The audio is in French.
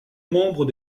membre